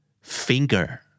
Finger